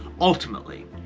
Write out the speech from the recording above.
Ultimately